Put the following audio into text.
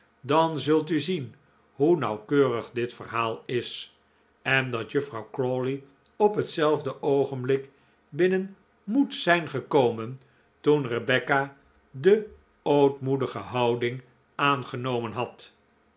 dan zult u zien hoe nauwkeurig dit verhaal is en dat juffrouw crawley op hetzelfde oogenblik binnen moet zijn gekomen toen rebecca de ootmoedige houding aangenomen had